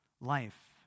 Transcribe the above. life